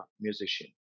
musician